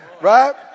Right